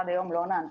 עד היום היא לא נענתה.